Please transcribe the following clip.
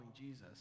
Jesus